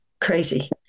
crazy